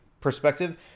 perspective